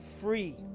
free